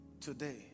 today